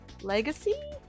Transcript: Legacy